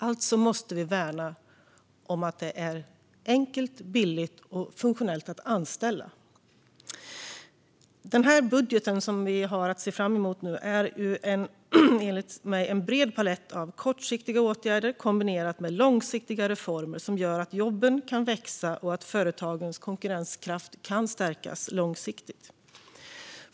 Alltså måste vi värna om att det är enkelt, billigt och funktionellt att anställa. Den budget vi nu har att se fram emot är en bred palett av kortsiktiga åtgärder kombinerat med långsiktiga reformer som gör att jobben kan växa till och att företagens konkurrenskraft kan stärkas långsiktigt.